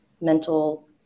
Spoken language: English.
mental